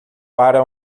para